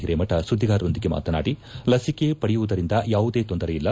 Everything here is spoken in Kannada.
ಹಿರೇಮಠ ಸುದ್ದಿಗಾರರೊಂದಿಗೆ ಮಾತನಾಡಿ ಲಸಿಕೆ ಪಡೆಯುವುದರಿಂದ ಯಾವುದೇ ತೊಂದರೆಯಿಲ್ಲ